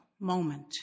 moment